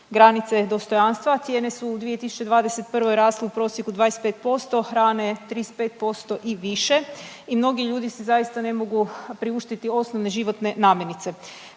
granice dostojanstva, cijene su u 2021. rasle u prosjeku 25%, hrane 35% i više i mnogi ljudi si zaista ne mogu priuštiti osnovne životne namirnice.